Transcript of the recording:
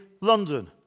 London